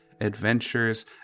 adventures